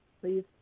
please